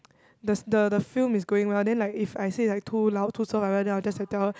the s~ the the film is going well then like if I say like too loud too soft and then I'll adjust then tell her